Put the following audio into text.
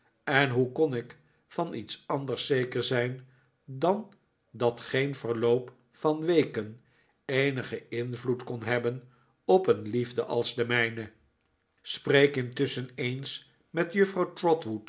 en hoe kon ik van iets anders zeker zijn dan dat geen verloop van weken eenigen invloed kon hebben op een liefde als de mijne spreek intusschen eens met juffrouw